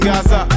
Gaza